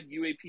UAP